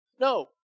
No